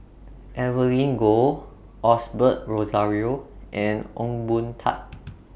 Evelyn Goh Osbert Rozario and Ong Boon Tat